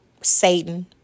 Satan